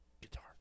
guitar